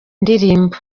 indirimbo